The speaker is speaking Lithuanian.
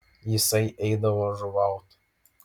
jisai eidavo žuvaut